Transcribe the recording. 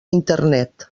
internet